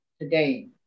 today